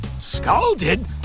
Scalded